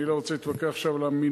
אני לא רוצה להתווכח על המינוחים,